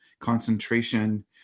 concentration